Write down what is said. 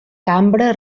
cambra